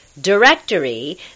directory